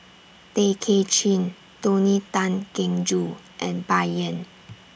Tay Kay Chin Tony Tan Keng Joo and Bai Yan